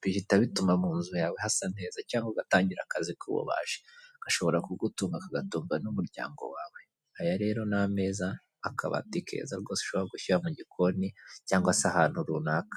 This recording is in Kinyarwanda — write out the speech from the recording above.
bihita bituma mu nzu yawe hasa neza, cyangwa ugatangira akazi k'ububaji, gashobora kugutunga, kagatunga n'umuryango wawe aya rero ni ameza, akabati keza rwose ushobora gushyira mu gikoni cyangwa se ahantu runaka.